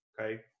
okay